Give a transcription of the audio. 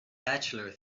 bachelor